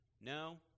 No